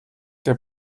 der